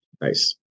Nice